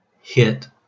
hit